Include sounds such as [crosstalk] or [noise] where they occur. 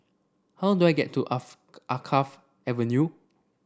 how do I get to [unintelligible] Alkaff Avenue